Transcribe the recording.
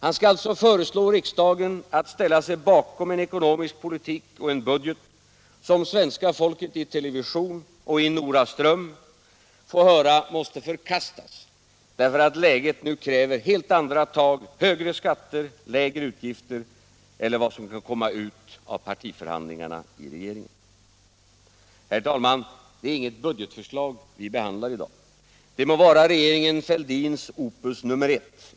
Han skall alltså föreslå riksdagen att ställa sig bakom en ekonomisk politik och en budget som svenska folket i TV och i Noraström får höra måste förkastas, därför att läget nu kräver helt andra tag, högre skatter, lägre utgifter eller vad som kan komma ut av partiförhandlingarna i regeringen. Herr talman! Det är inget budgetförslag vi behandlar i dag. Det må vara regeringen Fälldins opus nr 1.